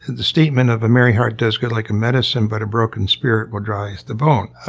the statement of a merry heart does good like a medicine but a broken spirit dries the bone,